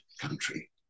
country